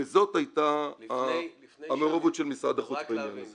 וזאת הייתה המעורבות של משרד החוץ בעניין הזה.